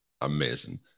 amazing